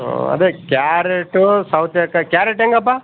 ಹಾಂ ಅದೇ ಕ್ಯಾರೆಟು ಸೌತೆಕಾಯಿ ಕ್ಯಾರೆಟ್ ಹೇಗಪ್ಪ